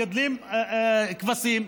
מגדלים כבשים,